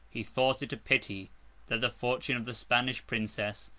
he thought it a pity that the fortune of the spanish princess,